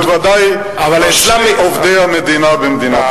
והשרים בוודאי ובוודאי בכלל עובדי המדינה במדינת ישראל.